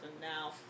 now